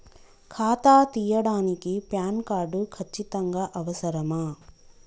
ఖాతా తీయడానికి PAN card ఖచ్చితంగా అవసరమా?